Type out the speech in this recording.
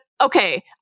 okay